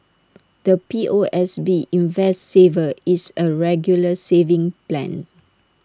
the P O S B invest saver is A regular savings plan